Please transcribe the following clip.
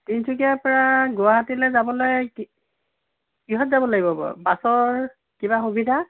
তিনিচুকীয়াৰ পৰা গুৱাহাটীলৈ যাবলৈ কি কিহঁত যাব লাগিব বাৰু বাছৰ কিবা সুবিধা